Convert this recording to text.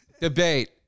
debate